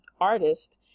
artist